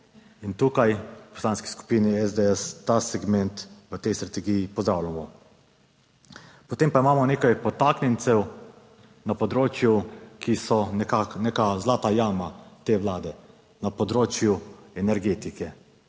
In tukaj v Poslanski skupini SDS ta segment v tej strategiji pozdravljamo. Potem pa imamo nekaj potaknjencev na področju, ki so nekako neka zlata jama te Vlade, na področju energetike,